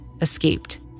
escaped